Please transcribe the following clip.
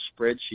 spreadsheet